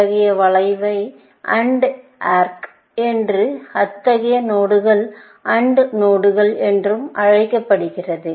அத்தகைய வளைவை AND arc என்றும் அத்தகைய நோடுகள் AND நோடுகள் என்றும் அழைக்கப்படுகிறது